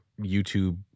YouTube